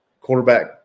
quarterback